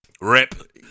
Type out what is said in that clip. Rip